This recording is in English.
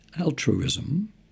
altruism